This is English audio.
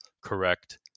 correct